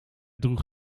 droeg